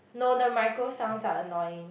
no the micro sounds are annoying